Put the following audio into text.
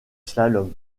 slalom